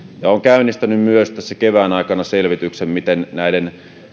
olen myös käynnistänyt kevään aikana selvityksen miten näiden